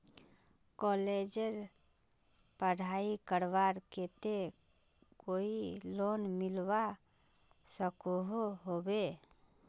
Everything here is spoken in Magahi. कॉलेजेर पढ़ाई करवार केते कोई लोन मिलवा सकोहो होबे?